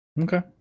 Okay